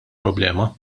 problema